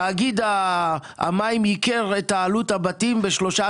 תאגיד המים ייקר את עלות הבתים ב-3%